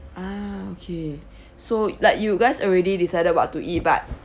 ah okay so like you guys already decided what to eat but